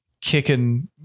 kicking